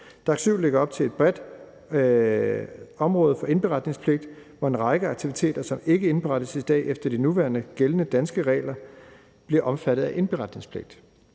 DAC7 lægger op til et bredt område for indberetningspligt, hvor en række aktiviteter, som ikke indberettes i dag efter de nugældende danske regler, bliver omfattet af indberetningspligt.